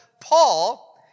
Paul